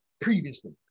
previously